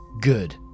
good